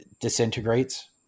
disintegrates